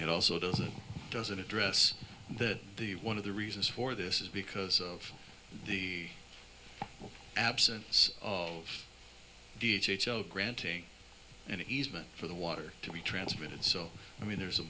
it also doesn't doesn't address that the one of the reasons for this is because of the absence of d t h of granting an easement for the water to be transmitted so i mean there's a